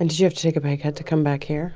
and did you have to take a pay cut to come back here?